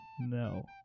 No